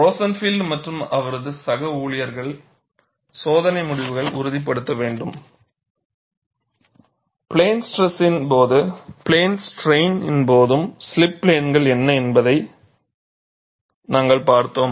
Rosenfeld மற்றும் அவரது சக ஊழியர்களின் சோதனை முடிவுகளால் உறுதிப்படுத்தப்பட்ட பிளேன் ஸ்ட்ரெஸின் போதும் பிளேன் ஸ்ட்ரைனின் போதும் ஸ்லிப் பிளேன்கள் என்ன என்பதை நாங்கள் பார்த்தோம்